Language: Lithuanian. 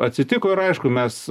atsitiko ir aišku mes